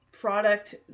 product